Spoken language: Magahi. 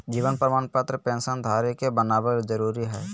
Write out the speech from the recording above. जीवन प्रमाण पत्र पेंशन धरी के बनाबल जरुरी हइ